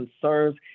concerns